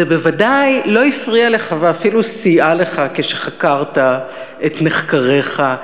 ובוודאי לא הפריעה לך ואפילו סייעה לך כשחקרת את נחקריך,